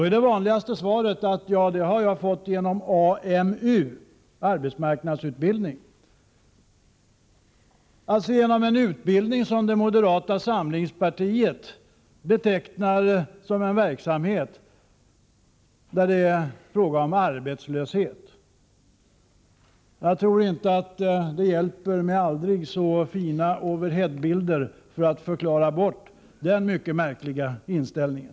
är det vanligaste svaret: Den har jag fått genom AMU, arbetsmarknadsutbildning. Det är alltså en utbildning som moderata samlingspartiet betecknar som en verksamhet där det är fråga om arbetslöshet. Jag tror inte att det hjälper med aldrig så fina overheadbilder för att förklara bort den mycket märkliga inställningen.